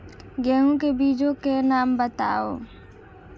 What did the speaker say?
गेहूँ के बीजों के नाम बताओ?